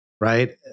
Right